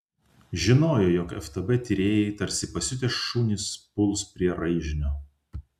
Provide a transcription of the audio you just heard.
žinojo jog ftb tyrėjai tarsi pasiutę šunys puls prie raižinio